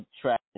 track